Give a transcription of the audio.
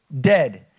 dead